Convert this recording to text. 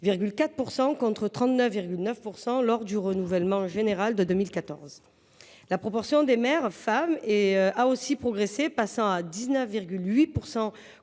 %, contre 39,9 % lors du renouvellement général de 2014. La proportion des maires femmes a elle aussi progressé, passant de 16,9